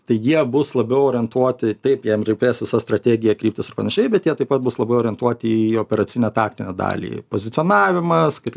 tai jie bus labiau orientuoti taip jiem rūpės visas strategija kryptis ir panašiai bet jie taip pat bus labai orientuoti į operacinę taktinę dalį pozicionavimas kaip